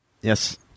Yes